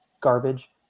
Garbage